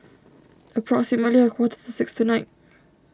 approximately a quarter to six tonight